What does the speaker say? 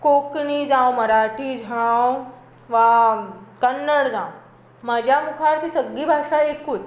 कोंकणी जावं मराठी जावं वा कन्नड जावं म्हज्या मुखार ती सगळी भाशा एकूच